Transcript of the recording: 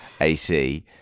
AC